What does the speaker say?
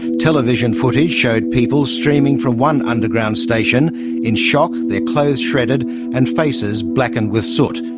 television footage showed people streaming from one underground station in shock, their clothes shredded and faces blackened with soot.